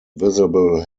visible